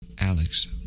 Alex